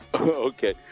Okay